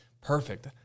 perfect